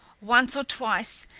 once or twice,